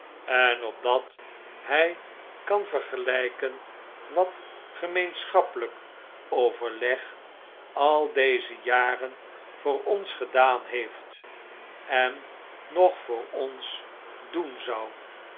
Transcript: en opdat hg kan vergeigken wat gemeenschappelgk overleg al deze jaren voor ons gedaan heeft en nog voor ons doen zou